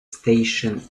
station